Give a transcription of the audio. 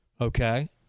Okay